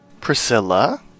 Priscilla